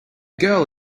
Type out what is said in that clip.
girl